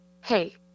Hey